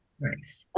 Nice